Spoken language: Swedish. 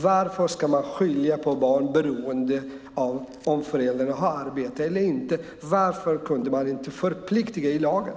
Varför ska man skilja på barn beroende på om föräldrarna har arbete eller inte? Varför kunde ni inte förplikta i lagen?